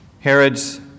Herod's